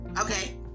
Okay